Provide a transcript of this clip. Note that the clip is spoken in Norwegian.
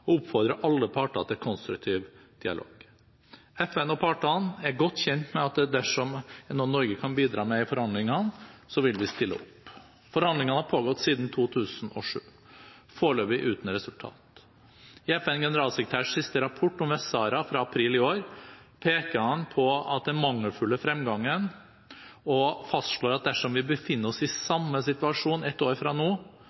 og oppfordrer alle parter til konstruktiv dialog. FN og partene er godt kjent med at dersom det er noe Norge kan bidra med i forhandlingene, vil vi stille opp. Forhandlingene har pågått siden 2007 – foreløpig uten resultat. I FNs generalsekretærs siste rapport om Vest-Sahara fra april i år peker han på den mangelfulle fremgangen og fastslår at dersom vi befinner oss i